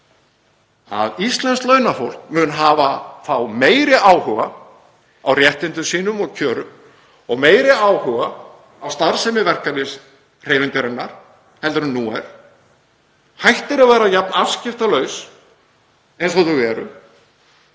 að íslenskt launafólk mun fá meiri áhuga á réttindum sínum og kjörum og meiri áhuga á starfsemi verkalýðshreyfingarinnar en nú er, hættir að vera jafn afskiptalaust og það er,